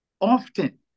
often